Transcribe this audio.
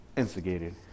Instigated